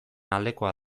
aldekoa